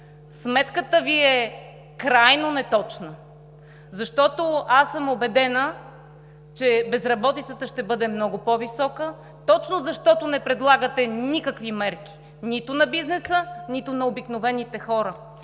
сметката Ви е крайно неточна, защото аз съм убедена, че безработицата ще бъде много по-висока точно защото не предлагате никакви мерки – нито на бизнеса, нито на обикновените хора.